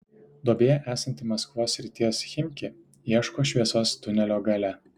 duobėje esanti maskvos srities chimki ieško šviesos tunelio gale